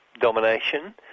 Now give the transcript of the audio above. domination